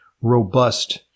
robust